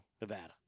Nevada